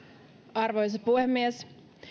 arvoisa puhemies